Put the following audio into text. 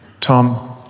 Tom